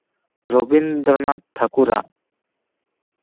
ᱨᱚᱵᱤᱱᱫᱨᱚᱱᱟᱛᱷ ᱴᱷᱟᱹᱠᱩᱨ ᱟᱜ